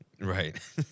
Right